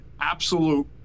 absolute